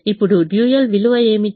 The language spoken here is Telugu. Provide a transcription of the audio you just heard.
ఇప్పుడు డ్యూయల్ విలువ ఏమిటి